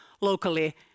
locally